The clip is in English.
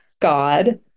God